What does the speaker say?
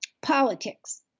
politics